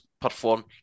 perform